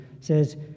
says